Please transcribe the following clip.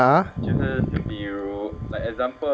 ya